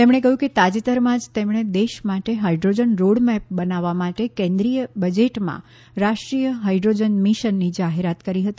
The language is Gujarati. તેમણે કહ્યું કે તાજેતરમાં જ તેમણે દેશ માટે હાઇડ્રોજન રોડમેપ બનાવવા માટે કેન્દ્રીય બજેટમાં રાષ્ટ્રીય હાઇડ્રોજન મિશનની જાહેરાત કરી હતી